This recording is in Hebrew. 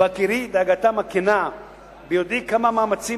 ובהכירי את דאגתן הכנה וביודעי כמה מאמצים